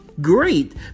Great